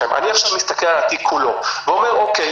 אני עכשיו מסתכל על התיק כולו ואומר אוקיי,